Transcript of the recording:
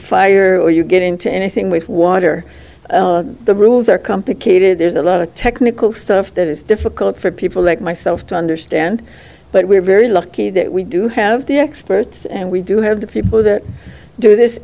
or you get into anything with water the rules are complicated there's a lot of technical stuff that is difficult for people like myself to understand but we're very lucky that we do have the experts and we do have the people that do this